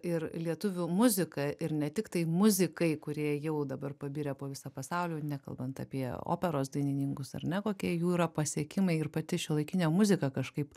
ir lietuvių muzika ir ne tiktai muzikai kurie jau dabar pabirę po visą pasaulį jau nekalbant apie operos dainininkus ar ne kokie jų yra pasiekimai ir pati šiuolaikinė muzika kažkaip